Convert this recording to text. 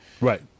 right